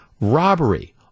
Robbery